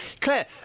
Claire